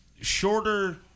shorter